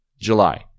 July